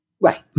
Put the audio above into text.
Right